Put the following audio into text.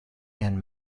and